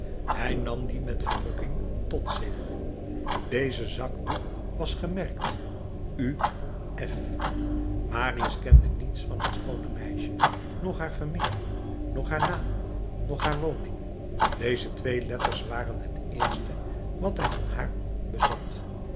hij nam dien met verrukking tot zich deze zakdoek was gemerkt u f marius kende niets van het schoone meisje noch haar familie noch haar naam noch haar woning deze twee letters waren het eerste wat hij van haar bezat